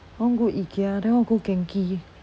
I want go ikea then I want to go genki